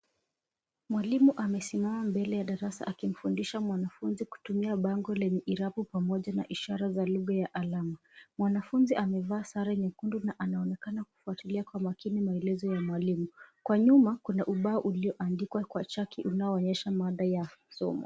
Mwalimu amesimama mbele ya darasa akimfundisha mwanafunzi kutumia bango lenye irabu pamoja na ishara ya lugha za alama. Mwanafunzi amevaa sare nyekundu na anaonekana kufuatilia kwa makini maelezo mwalimu. Kwa nyuma kuna ubao ulioandikwa kwa chaki unaoonyesha mada ya somo.